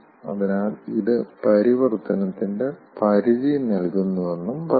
അതിനാൽ ഇത് പരിവർത്തനത്തിന്റെ പരിധി നൽകുന്നുവെന്നും പറയാം